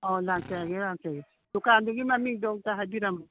ꯑꯧ ꯂꯥꯛꯆꯒꯦ ꯂꯥꯛꯆꯒꯦ ꯗꯨꯀꯥꯟꯗꯨꯒꯤ ꯃꯃꯤꯡꯗꯣ ꯑꯝꯇ ꯍꯥꯏꯕꯤꯔꯝꯃꯣ